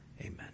Amen